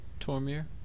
Tormir